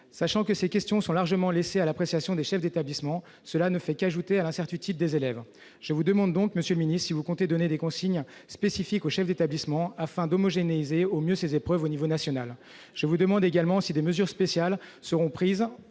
Sachant que ces questions sont largement laissées à l'appréciation des chefs d'établissement, cela ne fait qu'ajouter à l'incertitude des élèves. Je vous demande donc, monsieur le ministre, si vous comptez donner des consignes spécifiques aux chefs d'établissement afin d'homogénéiser au mieux ces épreuves au niveau national. Je vous demande également si des mesures spéciales seront mises